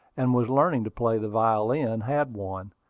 and was learning to play the violin, had one,